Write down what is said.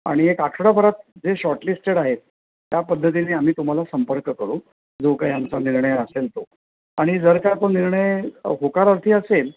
आणि एक आठवडाभरात जे शॉर्टलिस्टेड आहे त्या पद्धतीने आम्ही तुम्हाला संपर्क करू जो काही आमचा निर्णय असेल तो आणि जर का तो निर्णय होकारार्थी असेल